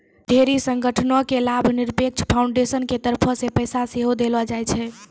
ढेरी संगठनो के लाभनिरपेक्ष फाउन्डेसन के तरफो से पैसा सेहो देलो जाय छै